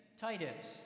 Titus